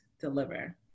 deliver